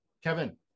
Kevin